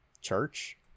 church